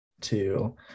two